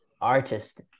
artist